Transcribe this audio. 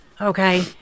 Okay